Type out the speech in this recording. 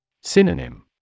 Synonym